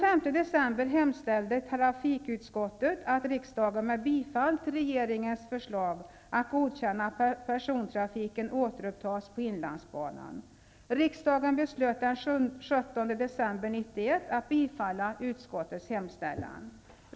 1991 att bifalla utskottets hemställan.